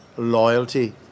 Loyalty